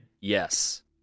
Yes